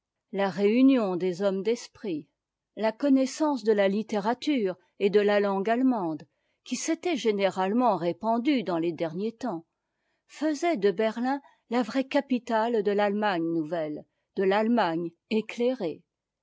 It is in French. la réunion des hommes d'esprit la connaissance de la littérature et de la langue allemande qui s'était généralement répandue dans les derniers temps faisaient de berlin la vraie capitale de l'allemagne nouvelle de l'allemagne éclairée